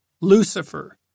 Lucifer